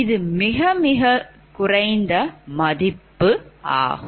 இது மிக மிக குறைந்த மதிப்பு ஆகும்